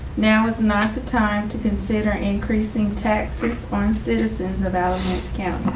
now is not the time to consider increasing taxes on citizens of alamance county.